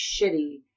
shitty